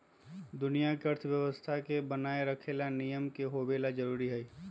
दुनिया के अर्थव्यवस्था के बनाये रखे ला नियम के होवे ला जरूरी हई